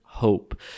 hope